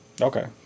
Okay